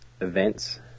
events